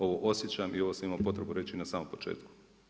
Ovo osjećam i ovo sam imao potrebu reći na samom početku.